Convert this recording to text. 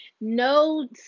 no